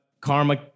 karma